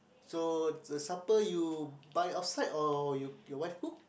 so the supper you buy outside or your your wife cook